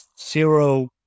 zero